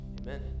Amen